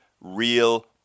real